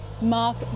Mark